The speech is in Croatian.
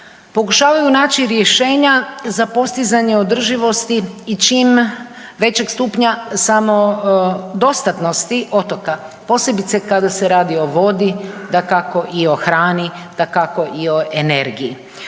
pokušavaju naći rješenja za postizanje održivosti i čim većeg stupnja samodostatnosti otoka posebice kada se radi o vodi, dakako i o hrani, dakako i o energiji.